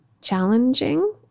challenging-